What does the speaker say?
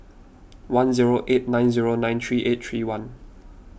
one zero eight nine zero nine three eight three one